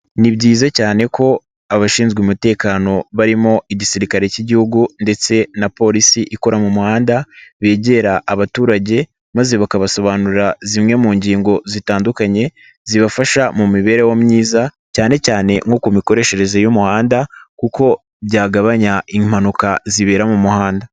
Ni byiza cyane ko abashinzwe umutekano barimo Igisirikare k'Igihugu ndetse na polisi ikora mu muhanda begera abaturage maze bakabasobanurira zimwe mu ngingo zitandukanye zibafasha mu mibereho myiza cyane cyane nko ku mikoreshereze y'umuhanda kuko byagabanya impanuka zibera mu muhanda.